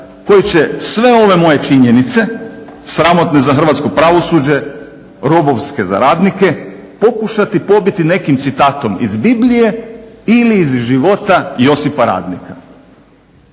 koji će sve ove moje činjenice sramotne za hrvatsko pravosuđe, robovske za radnike pokušati pobiti nekim citatom iz Biblije ili iz života Josipa Radnika.